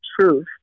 truth